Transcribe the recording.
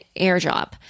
airdrop